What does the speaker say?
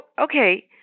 okay